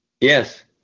Yes